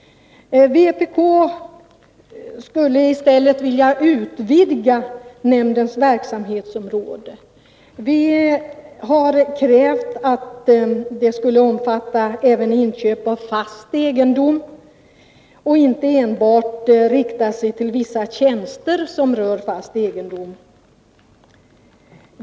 Vpk skulle i stället vilja utvidga nämndens verksamhetsområde. Vi har krävt att det skulle omfatta även inköp av fast egendom — och inte enbart vissa tjänster som rör fast egendom.